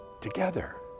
together